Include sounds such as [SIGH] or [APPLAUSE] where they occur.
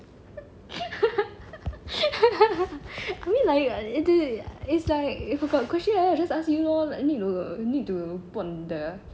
[LAUGHS] I mean like it's like if got question I just ask you lor like need to need to put on the